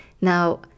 Now